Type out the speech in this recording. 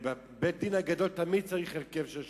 ובבית-הדין הגדול תמיד צריך הרכב של שלושה.